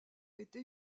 été